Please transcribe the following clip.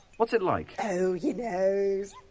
what's it like? oh, you know.